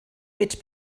mit